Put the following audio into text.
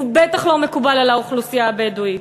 הוא בטח לא מקובל על האוכלוסייה הבדואית.